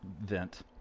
vent